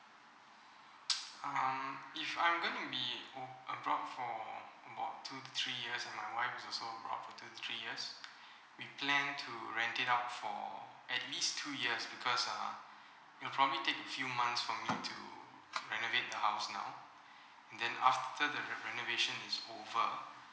um if I'm going to be uh abroad for about two to three years and my wife is also abroad for two to three years we plan to rent it out for at least two years because uh it will probably take a few months for me to renovate the house now then after the renovation is over